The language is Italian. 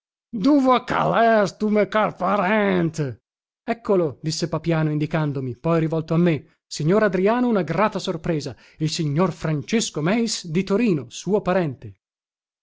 eccolo disse papiano indicandomi poi rivolto a me signor adriano una grata sorpresa il signor francesco meis di torino suo parente